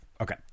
okay